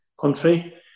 country